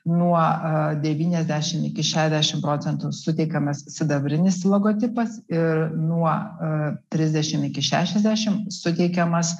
nuo a devyniasdešimt iki šešiasdešimt procentų suteikiamas sidabrinis logotipas ir nuo a trisdešimt iki šešiasdešimt suteikiamas